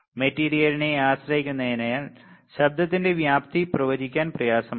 മെറ്റീരിയലിനെ ആശ്രയിക്കുന്നതിനാൽ ശബ്ദത്തിന്റെ വ്യാപ്തി പ്രവചിക്കാൻ പ്രയാസമാണ്